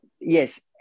Yes